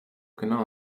genau